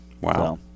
Wow